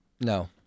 No